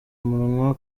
umunwa